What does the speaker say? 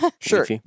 Sure